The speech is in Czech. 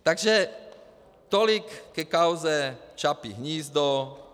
Takže tolik ke kauze Čapí hnízdo.